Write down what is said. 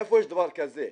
איפה יש דבר כזה?